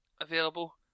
available